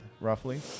roughly